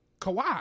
Kawhi